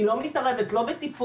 היא לא מתערבת לא בטיפול,